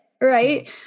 right